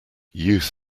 youth